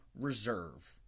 Reserve